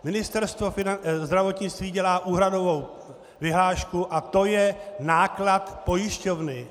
Ministerstvo zdravotnictví dělá úhradovou vyhlášku a to je náklad pojišťovny.